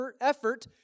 effort